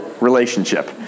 relationship